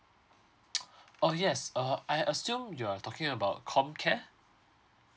oh yes uh I assume you're talking about comcare